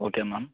okay ma'am